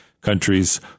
countries